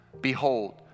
behold